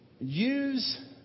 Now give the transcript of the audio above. use